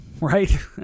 right